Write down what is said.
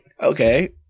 Okay